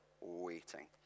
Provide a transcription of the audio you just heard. waiting